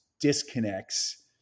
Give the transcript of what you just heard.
disconnects